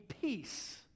peace